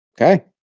Okay